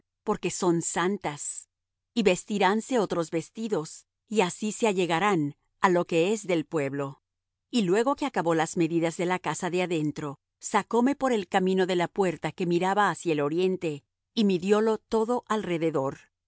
porque son santas y vestiránse otros vestidos y así se allegarán á lo que es del pueblo y luego que acabó las medidas de la casa de adentro sacóme por el camino de la puerta que miraba hacia el oriente y midiólo todo alrededor